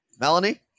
Melanie